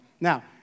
Now